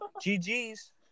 GG's